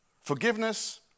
Forgiveness